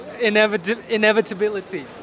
inevitability